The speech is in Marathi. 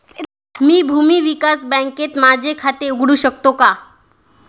मी भूमी विकास बँकेत माझे खाते उघडू शकतो का?